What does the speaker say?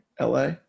LA